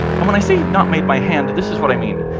and when i say not made by hand, this is what i mean.